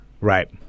right